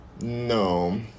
No